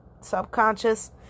subconscious